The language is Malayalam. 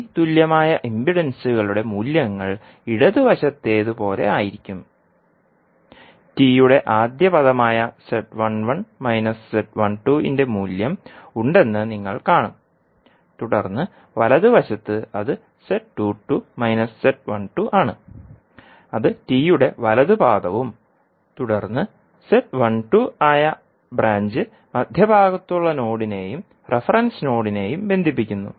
T തുല്യമായ ഇംപിഡൻസുകളുടെ മൂല്യങ്ങൾ ഇടത് വശത്തേത് പോലെ ആയിരിക്കും Tയുടെ ആദ്യ പദമായ Z11 Z12ന്റെ മൂല്യം ഉണ്ടെന്ന് നിങ്ങൾ കാണും തുടർന്ന് വലതുവശത്ത് അത് Z22 Z12 ആണ് അത് T യുടെ വലത് പാദവും തുടർന്ന് Z12 ആയ ബ്രാഞ്ച് മധ്യഭാഗത്തുള്ള നോഡിനെയും റഫറൻസ് നോഡിനെയും ബന്ധിപ്പിക്കുന്നു